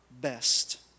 best